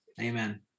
amen